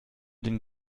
den